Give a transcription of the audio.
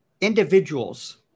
Individuals